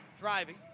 driving